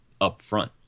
upfront